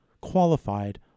qualified